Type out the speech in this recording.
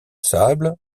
sable